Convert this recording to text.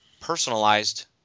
personalized